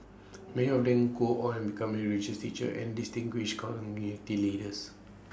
many of them go on become religious teachers and distinguished community leaders